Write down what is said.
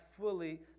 fully